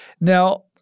Now